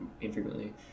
infrequently